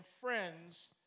friends